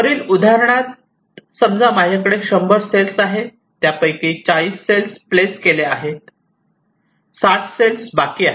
वरील उदाहरणात समजा माझ्याकडे 100 सेल्स आहे त्यापैकी 40 सेल्स प्लेस केल्या आहेत 60 सेल्स बाकी आहे